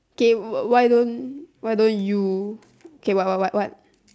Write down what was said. okay why don't why don't you k what what what what